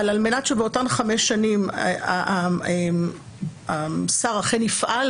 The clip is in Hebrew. אבל על מנת שבאותן חמש שנים השר אכן יפעל